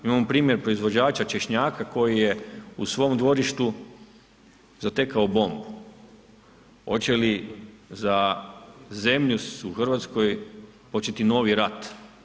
Imamo primjer proizvođača češnjaka koji je u svom dvorištu zatekao bombu, hoće li za zemlju u Hrvatskoj početi novi rat?